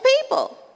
people